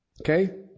Okay